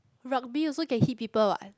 rugby also can hit people what